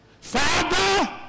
Father